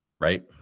right